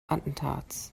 attentats